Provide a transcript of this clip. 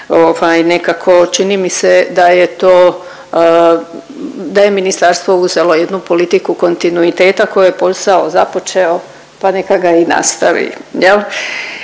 nekako čini mi se da je to, da je ministarstvo uzelo jednu politiku kontinuiteta, ko je posao započeo pa neka ga i nastavi